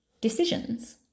decisions